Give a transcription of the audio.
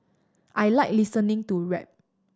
I like listening to rap